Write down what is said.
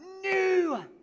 new